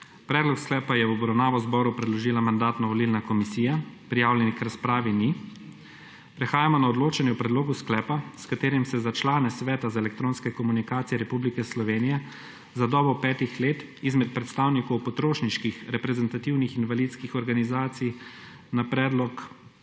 Predlog sklepa je v obravnavo zboru predložila Mandatno-volilna komisija. Prijavljenih k razpravi ni. Prehajamo na odločanje o predlogu sklepa, s katerim se za člane Sveta za elektronske komunikacije Republike Slovenije za dobo petih let izmed predstavnikov potrošniških reprezentativnih invalidskih organizacij na predlog